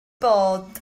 bod